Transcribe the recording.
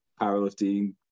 powerlifting